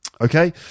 okay